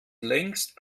längst